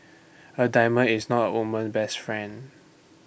A diamond is not woman best friend